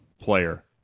player